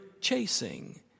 chasing